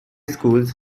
schools